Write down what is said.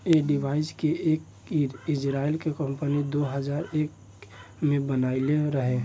ऐ डिवाइस के एक इजराइल के कम्पनी दो हजार एक में बनाइले रहे